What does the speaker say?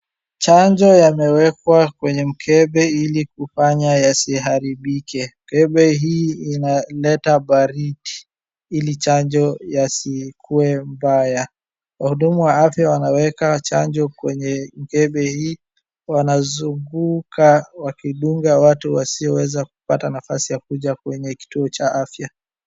Chanjo yamewekwa kwenye mkebe ili kufanya yasiharibike. Mkebe hii inaleta baridi ili chanjo yasikuwe mbaya. Wahudumu wa afya wanaweka chanjo kwenye mkebe hii. Wanazunguka wakidunga watu wasioweza kupata nafasi ya kuja kwenye kituo cha afya.